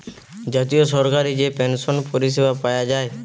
জাতীয় সরকারি যে পেনসন পরিষেবা পায়া যায়